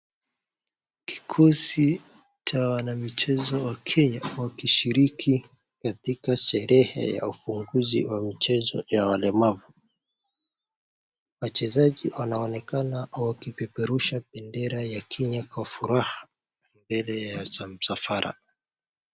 Kikosi cha wanamichezo wa Kenya wakishiriki katika sherehe ya ufunguzi wa michezo ya walemavu. Wachezaji wanaonekana wakipeperusha bendera ya Kenya kwa furaha mbele ya msafara.